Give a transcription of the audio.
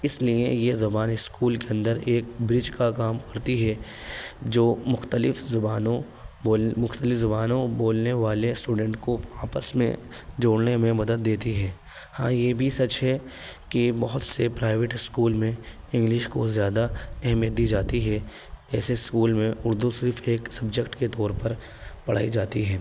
اس لیے یہ زبان اسکول کے اندر ایک برج کا کام کرتی ہے جو مختلف زبانوں بول مختلف زبانوں بولنے والے اسٹوڈنٹ کو آپس میں جوڑنے میں مدد دیتی ہے ہاں یہ بھی سچ ہے کہ بہت سے پرائیویٹ اسکول میں انگلش کو زیادہ اہمیت دی جاتی ہے ایسے اسکول میں اردو صرف ایک سبجیکٹ کے طور پر پڑھائی جاتی ہے